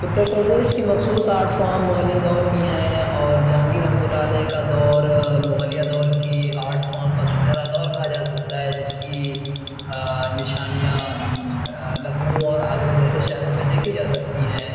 اتر پردیش کی مخصوص art form مغلیہ دور کی ہیں اور جہانگیر رحمۃ اللہ علیہ کا دور مغلیہ دور کی آرٹس فارم کا سنہرا دور کہا جا سکتا ہے جس کی نشانیاں لکھنؤ اور آگرہ جیسے شہروں میں دیکھی جا سکتی ہیں